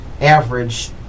average